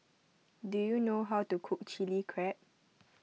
do you know how to cook Chili Crab